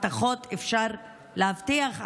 הבטחות אפשר להבטיח,